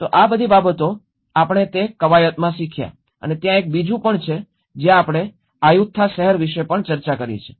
તો આ બધી બાબતો આપણે તે કવાયતમાં શીખ્યા અને ત્યાં એક બીજું પણ છે જે આપણે આયુથ્યા શહેર વિશે પણ ચર્ચા કરી છે